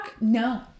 no